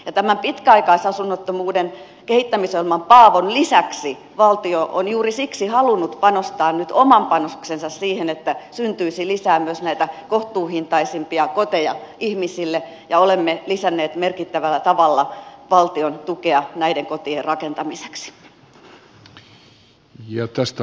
tämän pitkäaikaisasunnottomuuden kehittämisohjelman paavon lisäksi valtio on juuri siksi halunnut panostaa nyt oman panoksensa siihen että syntyisi lisää myös näitä kohtuuhintaisempia koteja ihmisille ja olemme lisänneet merkittävällä tavalla valtion tukea näiden kotien rakentamiseksi